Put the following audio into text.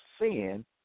sin